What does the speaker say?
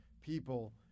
people